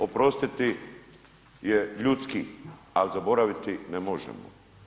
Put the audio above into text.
Oprostiti je ljudski, ali zaboraviti ne možemo.